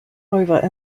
over